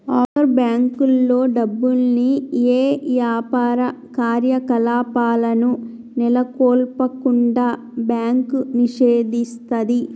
offshore బ్యేంకుల్లో డబ్బుల్ని యే యాపార కార్యకలాపాలను నెలకొల్పకుండా బ్యాంకు నిషేధిస్తది